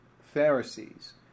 Pharisees